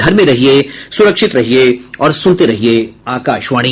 घर में रहिये सुरक्षित रहिये और सुनते रहिये आकाशवाणी